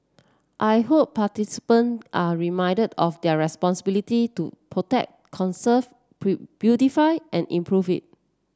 I hope participant are reminded of their responsibility to protect conserve beautify and improve it